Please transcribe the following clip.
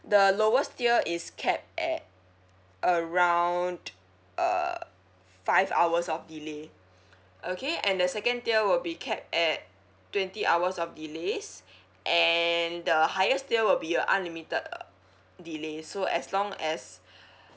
the lowest tier is capped at around uh five hours of delay okay and the second tier will be capped at twenty hours of delays and the highest tier will be a unlimited uh delays so as long as